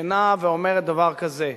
שנעה ואומרת דבר כזה: